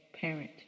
parent